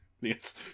Yes